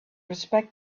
respect